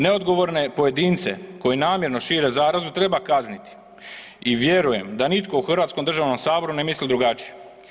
Neodgovorne pojedince koji namjerno šire zarazu treba kazniti i vjerujem da nitko u Hrvatskom državnom saboru ne misli drugačije.